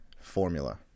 formula